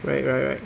right right right